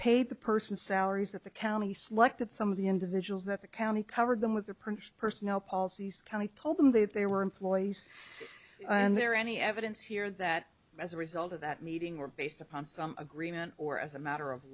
paid the person salaries that the county selected some of the individuals that the county covered them with their permission personnel policies county told them that they were employees and there any evidence here that as a result of that meeting were based upon some agreement or as a matter of